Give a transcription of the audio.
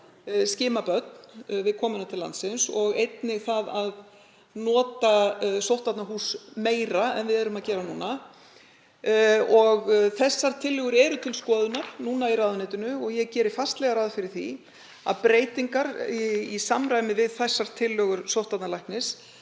skima börn við komuna til landsins og einnig að nota sóttvarnahús meira en við gerum núna. Þessar tillögur eru til skoðunar í ráðuneytinu og ég geri fastlega ráð fyrir því að breytingar í samræmi við þessar tillögur sóttvarnalæknis